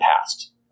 past